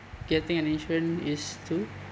getting an insurance is to